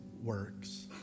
works